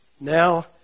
now